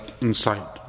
inside